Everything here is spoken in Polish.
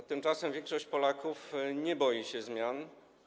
A tymczasem większość Polaków nie boi się zmian.